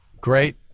Great